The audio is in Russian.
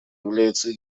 является